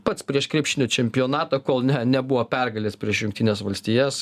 pats prieš krepšinio čempionatą kol ne nebuvo pergalės prieš jungtines valstijas